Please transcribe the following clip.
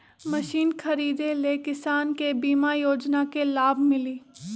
Machine खरीदे ले किसान के बीमा योजना के लाभ मिली?